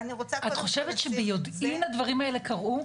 את חושבת שביודעין הדברים האלה קרו?